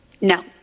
No